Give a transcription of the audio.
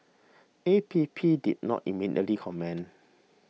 A P P did not immediately comment